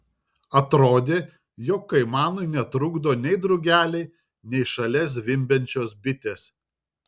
atrodė jog kaimanui netrukdo nei drugeliai nei šalia zvimbiančios bitės